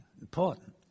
important